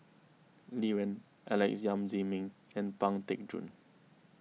Lee Wen Alex Yam Ziming and Pang Teck Joon